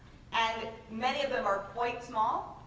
and many of them are quite small.